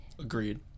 agreed